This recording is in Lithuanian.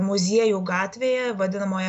muziejų gatvėje vadinamoje